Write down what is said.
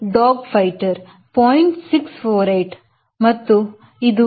648 ಮತ್ತು ಇದು 0